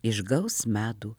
išgaus medų